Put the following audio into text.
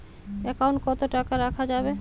Account কত টাকা রাখা যাবে?